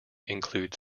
include